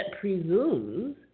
presumes